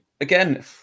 Again